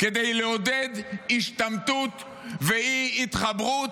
כדי לעודד השתמטות ואי-התחברות,